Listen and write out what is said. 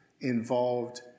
involved